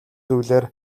зүйлээр